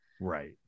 right